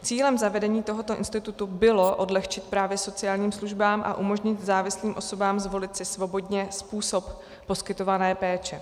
Cílem zavedení tohoto institutu bylo odlehčit právě sociálním službám a umožnit závislým osobám zvolit si svobodně způsob poskytované péče.